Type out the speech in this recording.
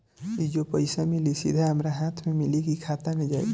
ई जो पइसा मिली सीधा हमरा हाथ में मिली कि खाता में जाई?